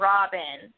Robin